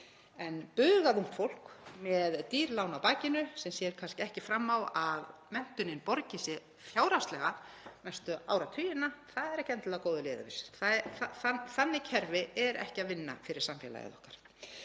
En bugað ungt fólk með dýr lán á bakinu sem sér kannski ekki fram á að menntunin borgi sig fjárhagslega næstu áratugina — það er ekki endilega góður leiðarvísir. Þannig kerfi er ekki að vinna fyrir samfélagið okkar.